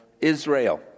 Israel